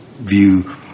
view